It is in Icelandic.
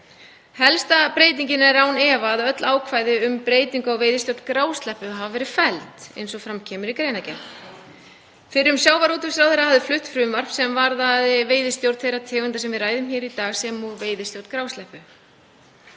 Helsta breytingin er án efa að öll ákvæði um breytingu á veiðistjórn grásleppu hafa verið felld brott eins og fram kemur í greinargerð. Fyrrverandi sjávarútvegsráðherra hafði flutt frumvarp sem varðaði veiðistjórn þeirra tegunda sem við ræðum hér í dag sem og veiðistjórn grásleppu.